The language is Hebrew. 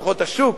כוחות השוק,